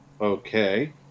Okay